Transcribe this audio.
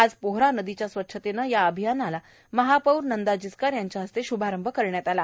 आज पोहरा नदीच्या स्वच्छतेनं या अभियानाला महापौर नंदा जिचकार यांच्या हस्ते शुभारंभ करण्यात आला